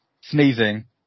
sneezing